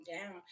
down